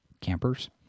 campers